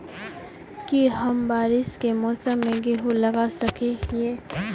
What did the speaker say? की हम बारिश के मौसम में गेंहू लगा सके हिए?